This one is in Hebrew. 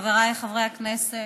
חבריי חברי הכנסת,